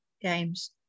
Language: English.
games